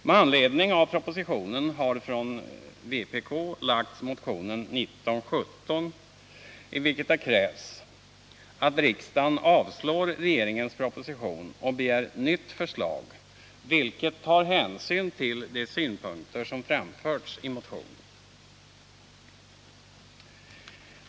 Med anledning av propositionen har från vpk väckts motion nr 1917, i vilken det krävs att riksdagen avslår regeringens proposition och begär ett nytt förslag som tar hänsyn till de synpunkter som framförs i motionen.